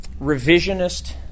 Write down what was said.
revisionist